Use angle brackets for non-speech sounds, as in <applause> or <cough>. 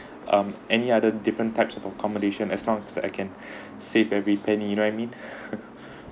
um any other different types of accommodation as long as I can <breath> save every penny <laughs>